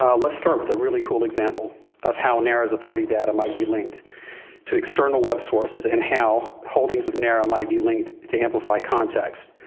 let's start with the really cool example of how nara's authority data might be linked to external web sources and how holdings of nara might be linked to amplify context.